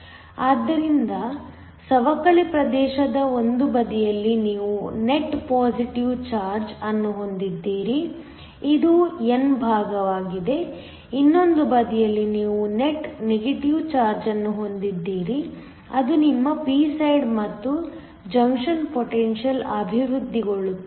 ಆದ್ದರಿಂದ ಸವಕಳಿ ಪ್ರದೇಶದ ಒಂದು ಬದಿಯಲ್ಲಿ ನೀವು ನೆಟ್ ಪಾಸಿಟಿವ್ ಚಾರ್ಜ್ ಅನ್ನು ಹೊಂದಿದ್ದೀರಿ ಇದು n ಭಾಗವಾಗಿದೆ ಇನ್ನೊಂದು ಬದಿಯಲ್ಲಿ ನೀವು ನೆಟ್ ನೆಗೆಟಿವ್ ಚಾರ್ಜ್ ಅನ್ನು ಹೊಂದಿದ್ದೀರಿ ಅದು ನಿಮ್ಮ p ಸೈಡ್ ಮತ್ತು ಜಂಕ್ಷನ್ ಪೊಟೆನ್ಶಿಯಲ್ ಅಭಿವೃದ್ಧಿಗೊಳ್ಳುತ್ತದೆ